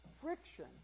friction